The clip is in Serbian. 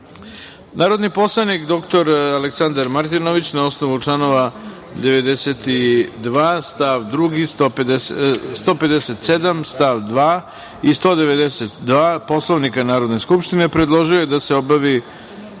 godine. Narodni poslanik dr Aleksandar Martinović, na osnovu članova 92. stav 2, 157. stav 2. i 192. Poslovnika Narodne skupštine, predložio je da se obavi